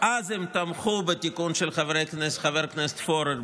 אז הן תמכו בתיקון של חבר הכנסת פורר,